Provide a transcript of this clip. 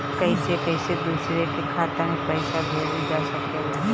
कईसे कईसे दूसरे के खाता में पईसा भेजल जा सकेला?